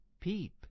peep